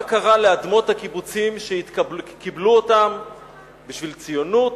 מה קרה לאדמות הקיבוצים שקיבלו אותן בשביל ציונות,